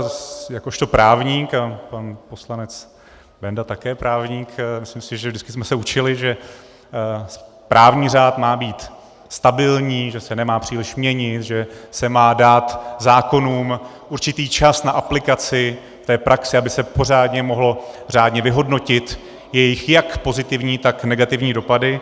Já tedy jakožto právník, a pan poslanec Benda také právník, myslím si, že vždycky jsme se učili, že právní řád má být stabilní, že se nemá příliš měnit, že se má dát zákonům určitý čas na aplikaci v praxi, aby se pořádně mohly řádně vyhodnotit jejich jak pozitivní, tak negativní dopady.